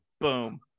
Boom